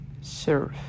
Serve